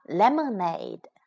lemonade